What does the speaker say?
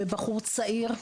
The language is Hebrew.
בבחור צעיר,